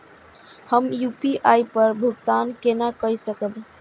हम यू.पी.आई पर भुगतान केना कई सकब?